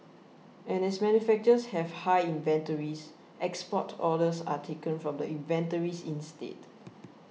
and as manufacturers have high inventories export orders are taken from the inventories instead